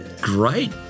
Great